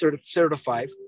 certified